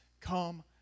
come